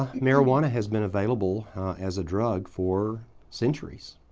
marijuana has been available as a drug for centuries.